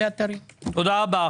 תודה רבה.